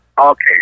Okay